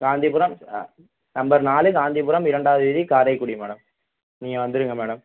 காந்திபுரம் ஆ நம்பர் நாலு காந்திபுரம் இரண்டாவது வீதி காரைக்குடி மேடம் நீங்கள் வந்துடுங்க மேடம்